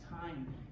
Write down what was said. time